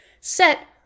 Set